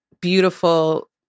beautiful